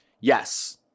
Yes